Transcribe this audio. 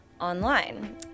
online